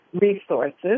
resources